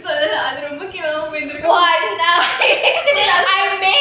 அது ரொம்ப கேவலமா போயிருந்துருக்கும்:athu romba kevalamaa poirunthurukum